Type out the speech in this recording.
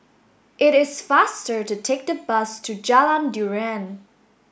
it is faster to take the bus to Jalan durian